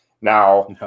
Now